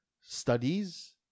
studies